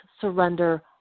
surrender